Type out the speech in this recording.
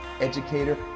educator